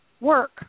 work